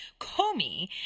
Comey